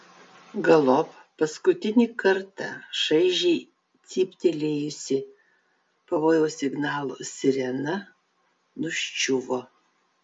galop paskutinį kartą šaižiai cyptelėjusi pavojaus signalo sirena nuščiuvo